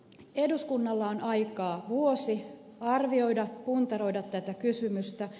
eduskunnalla on aikaa vuosi arvioida puntaroida tätä kysymystä